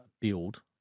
build